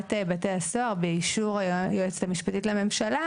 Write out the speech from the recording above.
לנציבת בתי הסוהר באישור היועצת המשפטית לממשלה